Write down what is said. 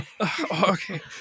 Okay